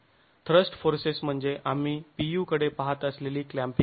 thrust forces म्हणजे आम्ही Pu कडे पाहत असलेली क्लॅंपिंग बल